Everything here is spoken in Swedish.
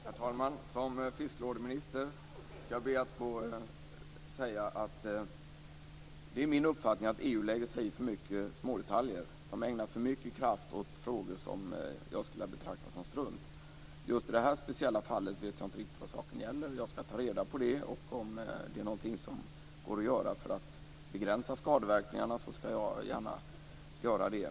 Herr talman! Som fisklådeminister skall jag be att få säga att det är min uppfattning att EU lägger sig i för mycket smådetaljer. Man ägnar för mycket kraft åt frågor som jag skulle vilja betrakta som strunt. Just i det här speciella fallet vet jag inte riktigt vad saken gäller. Jag skall ta reda på det, och om skadeverkningarna kan begränsas skall jag gärna göra något för det.